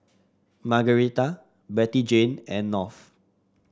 Margarita Bettyjane and North